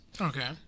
Okay